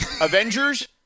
Avengers